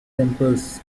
temples